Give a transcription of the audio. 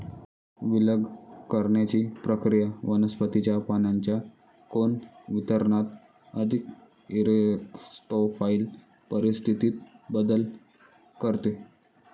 विलग करण्याची प्रक्रिया वनस्पतीच्या पानांच्या कोन वितरणात अधिक इरेक्टोफाइल परिस्थितीत बदल करते